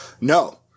No